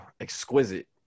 exquisite